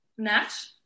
Nash